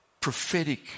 prophetic